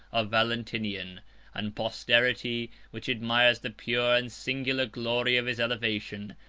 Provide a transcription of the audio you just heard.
of valentinian and posterity, which admires the pure and singular glory of his elevation,